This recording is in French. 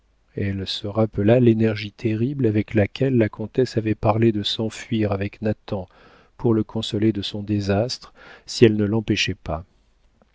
elle se rappela l'énergie terrible avec laquelle la comtesse avait parlé de s'enfuir avec nathan pour le consoler de son désastre si elle ne l'empêchait pas